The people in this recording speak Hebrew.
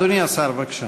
שהרבה פעמים,